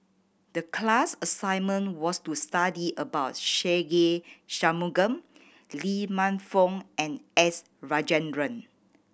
the class assignment was to study about Se Ve Shanmugam Lee Man Fong and S Rajendran